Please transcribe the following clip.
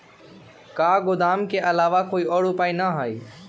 का गोदाम के आलावा कोई और उपाय न ह?